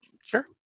Sure